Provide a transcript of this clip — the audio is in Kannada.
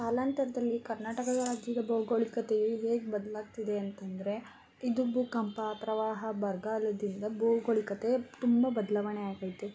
ಕಾಲಾಂತರದಲ್ಲಿ ಕರ್ನಾಟಕ ರಾಜ್ಯದ ಭೌಗೋಳಿಕತೆಯು ಹೇಗೆ ಬದಲಾಗ್ತಿದೆ ಅಂತಂದರೆ ಇದು ಭೂಕಂಪ ಪ್ರವಾಹ ಬರಗಾಲದಿಂದ ಭೌಗೋಳಿಕತೆ ತುಂಬ ಬದಲಾವಣೆ ಆಗೈತೆ